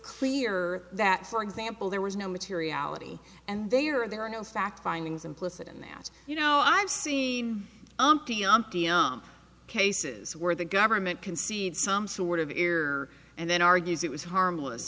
clearer that for example there was no materiality and they are there are no facts findings implicit in that you know i've seen cases where the government concede some sort of ear and then argues it was harmless